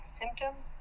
symptoms